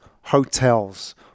hotels